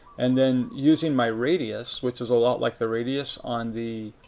and then, using my radius, which is a lot like the radius on the